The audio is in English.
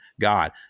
God